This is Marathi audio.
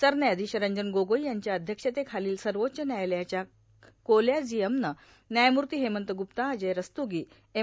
सरन्यायाधीश रंजन गोगोई यांच्या अध्यक्षतेखालच्या सर्वाच्य न्यायालयाच्या कोलॅजियमनं न्यायमूर्ता हेमंत ग्रप्ता अजय रस्तोगी एम